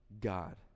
God